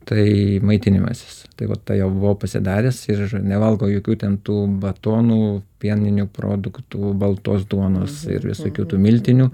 tai maitinimasis tai va tai jau buvau pasidaręs ir nevalgau jokių ten tų batonų pieninių produktų baltos duonos ir visokių tų miltinių